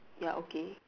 ya okay